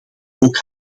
ook